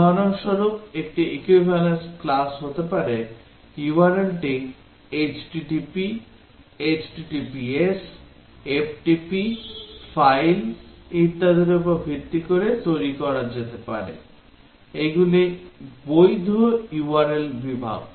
উদাহরণস্বরূপ একটি equivalence class হতে পারে URL টি HTTP https ftp file ইত্যাদির উপর ভিত্তি করে তৈরি করা যেতে পারে এইগুলি বৈধ URL বিভাগ